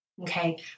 Okay